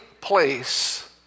place